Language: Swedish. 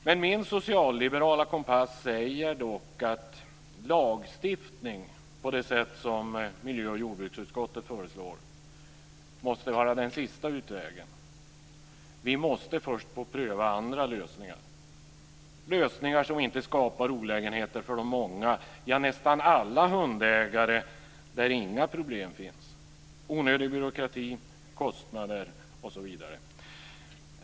Men min socialliberala kompass säger dock att lagstiftning på det sätt som miljö och jordbruksutskottet föreslår måste vara den sista utvägen. Vi måste först få pröva andra lösningar som inte skapar olägenheter för de många - ja, nästan alla - hundägare där inga problem finns eller onödig byråkrati, kostnader, osv.